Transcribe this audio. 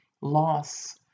loss